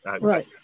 Right